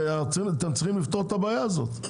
אתם צריכים לפתור את הבעיה הזאת.